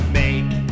make